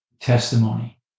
testimony